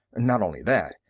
not only that,